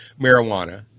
marijuana